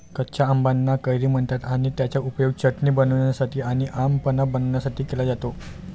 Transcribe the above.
कच्या आंबाना कैरी म्हणतात आणि त्याचा उपयोग चटणी बनवण्यासाठी आणी आम पन्हा बनवण्यासाठी केला जातो